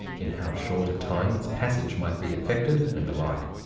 in how short a time its passage might be effected, and the like.